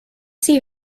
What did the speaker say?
see